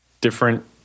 different